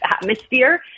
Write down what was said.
atmosphere